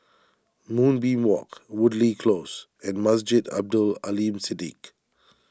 Moonbeam Walk Woodleigh Close and Masjid Abdul Aleem Siddique